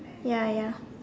ya ya